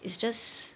it's just